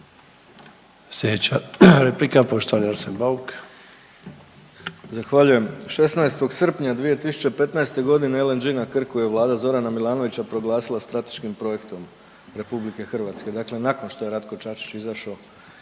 Sljedeća replika poštovani Arsen Bauk.